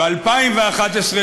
ב-2011,